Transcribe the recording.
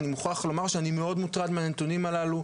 אני מוכרח לומר שאני מאוד מוטרד מהנתונים הללו.